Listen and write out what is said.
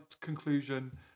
conclusion